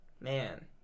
man